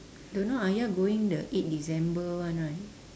don't know ayah going the eight december one right